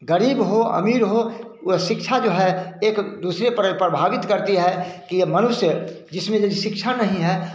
गरीब हो अमीर हो वह शिक्षा जो है एक दूसरे पर प्रभावित करती है कि यह मनुष्य जिसमें यदि शिक्षा नहीं है